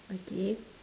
okay